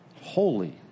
holy